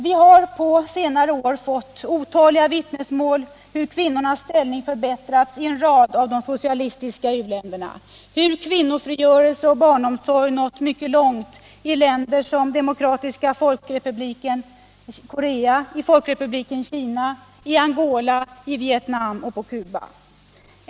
Vi har på senare år fått otaliga vittnesmål om hur kvinnornas ställning förbättrats i en rad av de socialistiska u-länderna; hur kvinnofrigörelse och barnomsorg nått mycket långt i länder som Demokratiska folkrepubliken Korea, i folkrepubliken Kina, i Angola, i Vietnam eller på Cuba.